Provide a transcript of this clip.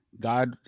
God